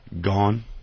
Gone